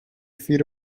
feet